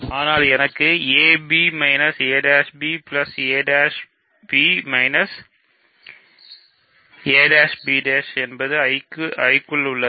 ஆகையால்எனக்கு ab a'ba'b a'b' என்பது I இல் உள்ளது